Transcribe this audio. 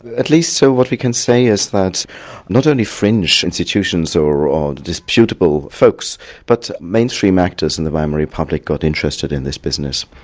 at least so what we can say is that not only fringe institutions or or disputable folks but mainstream actors in the weimar republic got interested in this business.